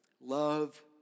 love